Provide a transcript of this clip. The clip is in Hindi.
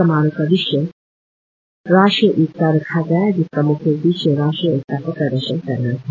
समारोह का विषय राष्ट्रीय एकता रखा गया जिसका म्ख्य उद्देश्य राष्ट्रीय एकता को प्रदर्शन करना था